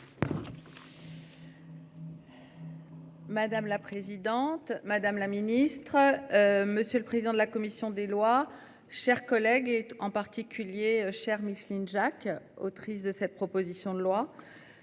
Madame la présidente, madame la ministre. Monsieur le président de la commission des lois. Chers collègues, et en particulier cher Micheline Jacques autrice de cette proposition de loi.